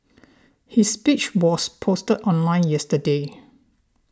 his speech was posted online yesterday